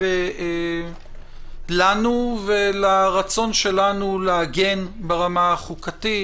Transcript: לנו ולרצון שלנו להגן ברמה החוקתית,